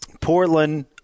Portland